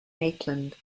maitland